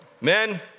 men